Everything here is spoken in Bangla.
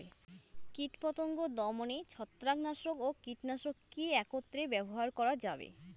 কীটপতঙ্গ দমনে ছত্রাকনাশক ও কীটনাশক কী একত্রে ব্যবহার করা যাবে?